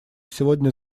сегодня